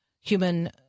human